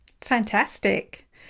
Fantastic